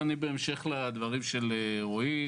בהמשך לדברים של רועי,